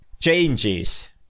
changes